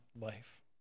life